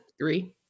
three